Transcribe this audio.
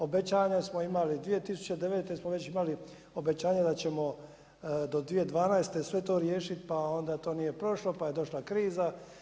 Obećanja smo imali 2009. smo imali obećanja da ćemo do 2012. sve to riješiti, pa onda to nije prošlo, pa je došla kriza.